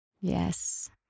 Yes